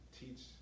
teach